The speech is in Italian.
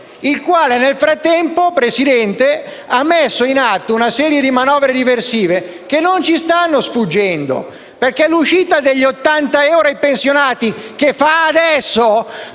il quale, nel frattempo, ha messo in atto una serie di manovre diversive che non ci stanno sfuggendo. L'uscita degli 80 euro ai pensionati fatta adesso,